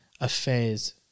Affairs